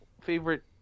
favorite